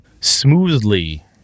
Smoothly